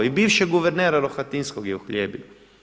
I bivšeg guvernera Rohatinskog je uhljebio.